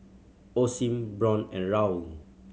Osim Braun and Raoul